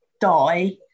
die